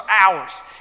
hours